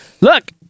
Look